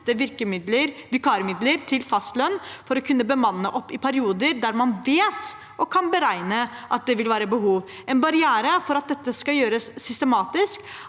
med å flytte vikarmidler til fastlønn for å kunne bemanne opp i perioder der man vet og kan beregne at det vil være behov. En barriere for at dette skal gjøres systematisk,